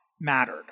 mattered